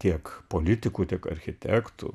tiek politikų tiek architektų